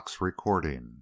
RECORDING